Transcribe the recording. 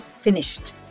finished